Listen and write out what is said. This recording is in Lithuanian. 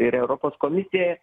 ir europos komisija